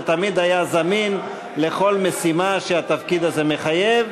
ותמיד היה זמין לכל משימה שהתפקיד הזה מחייב,